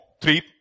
three